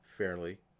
fairly